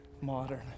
modern